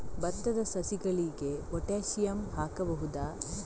ಭತ್ತದ ಸಸಿಗಳಿಗೆ ಪೊಟ್ಯಾಸಿಯಂ ಹಾಕಬಹುದಾ?